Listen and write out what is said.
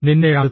നിൻറെ അടുത്ത്